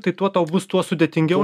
tai tuo bus tuo sudėtingiau